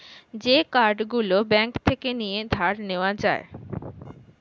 যে কার্ড গুলো ব্যাঙ্ক থেকে নিয়ে ধার নেওয়া যায়